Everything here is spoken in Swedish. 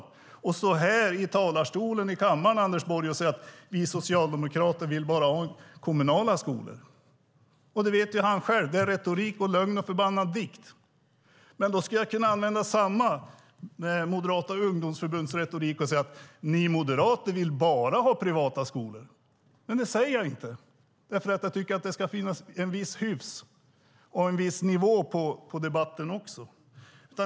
Anders Borg står här i talarstolen i kammaren och säger att vi socialdemokrater vill ha bara kommunala skolor. Han vet att det är retorik, lögn och förbannad dikt. Jag skulle kunna använda samma retorik som Moderata ungdomsförbundet använder och säga att ni moderater vill ha bara privata skolor. Men det säger jag inte därför att jag tycker att det ska finns en viss hyfs och en viss nivå på debatten.